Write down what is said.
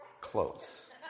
close